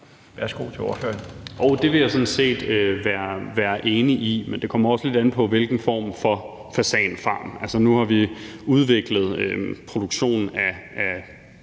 Valentin (SF): Jo, det vil jeg sådan set være enig i, men det kommer også lidt an på, hvilken form for fasanfarm det er. Altså, nu har vi udviklet en produktion af